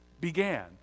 began